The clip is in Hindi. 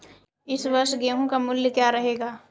इस वर्ष गेहूँ का मूल्य क्या रहेगा?